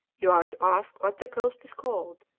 you are to ask what the coast is called,